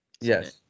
Yes